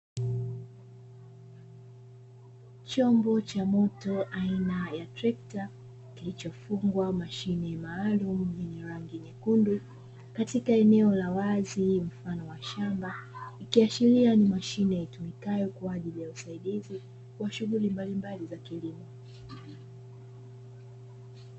Chombo cha moto aina ya trekta kilichofungwa mashine maalumu yenye rangi nyekundu katika eneo la wazi mfano wa shamba, ikiashiria ni mashine itumikayo kwa ajili ya usaidizi wa shughuli mbalimbali za kilimo.